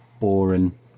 boring